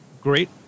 great